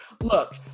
look